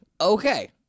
okay